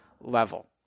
level